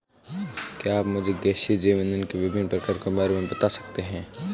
क्या आप मुझे गैसीय जैव इंधन के विभिन्न प्रकारों के बारे में बता सकते हैं?